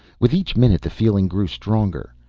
with each minute the feeling grew stronger.